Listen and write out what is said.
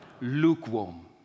lukewarm